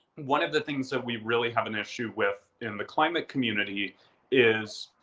one of the things that we really have an issue with in the climate community is,